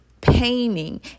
painting